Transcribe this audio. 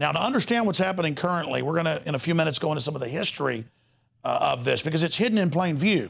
now understand what's happening currently we're going to in a few minutes going to some of the history of this because it's hidden in plain view